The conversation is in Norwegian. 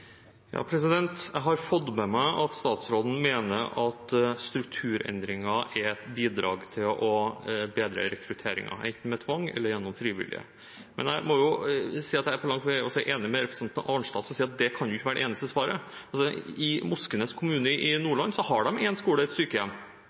Jeg har fått med meg at statsråden mener at strukturendringer er et bidrag til å bedre rekrutteringen, enten med tvang eller gjennom frivillighet. Men jeg må si at jeg langt på vei også er enig med representanten Arnstad, som sier at det kan ikke være det eneste svaret. I Moskenes kommune i